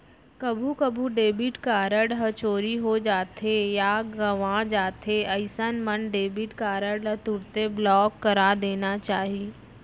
कभू कभू debit card ह चोरी हो जाथे या गवॉं जाथे अइसन मन डेबिट कारड ल तुरते ब्लॉक करा देना चाही